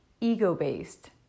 ego-based